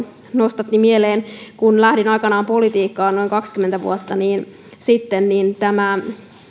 nostatti mieleen että kun lähdin aikanaan politiikkaan noin kaksikymmentä vuotta sitten niin